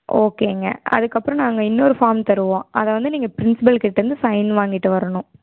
ஓகேங்க அதுக்கப்புறம் நாங்கள் இன்னொரு ஃபார்ம் தருவோம் அதை வந்து நீங்கள் ப்ரின்சிபல் கிட்டேயிருந்து சைன் வாங்கிகிட்டு வரணும்